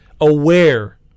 aware